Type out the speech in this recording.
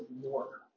more